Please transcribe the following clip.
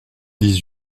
dix